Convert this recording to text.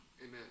Amen